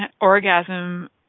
orgasm